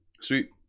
Sweet